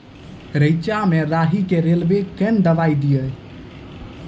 रेचा मे राही के रेलवे कन दवाई दीय?